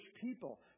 people